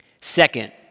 Second